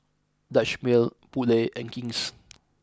Dutch Mill Poulet and King's